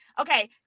Okay